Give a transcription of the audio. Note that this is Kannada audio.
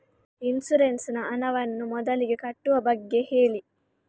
ಇನ್ಸೂರೆನ್ಸ್ ನ ಹಣವನ್ನು ಮೊದಲಿಗೆ ಕಟ್ಟುವ ಬಗ್ಗೆ ಹೇಳಿ